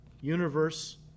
universe